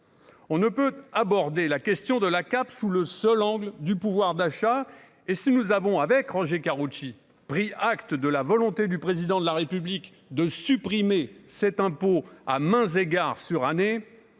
on ne peut aborder la question de la cape sous le seul angle du pouvoir d'achat et si nous avons, avec Roger Karoutchi, pris acte de la volonté du président de la République de supprimer cet impôt à mains égard nous avons